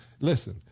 Listen